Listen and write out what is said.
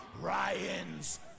Ryan's